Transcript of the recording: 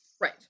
Right